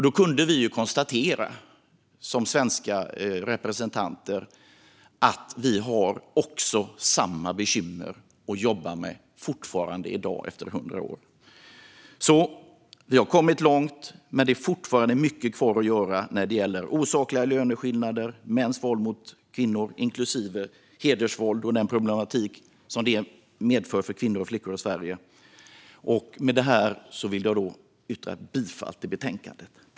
Då kunde vi som svenska representanter konstatera att vi i dag, efter 100 år, fortfarande jobbar med samma bekymmer. Vi har kommit långt, men det är fortfarande mycket kvar att göra när det gäller osakliga löneskillnader och mäns våld mot kvinnor, inklusive hedersvåld och den problematik som det medför för kvinnor och flickor i Sverige. Med detta vill jag yrka bifall till förslaget i betänkandet.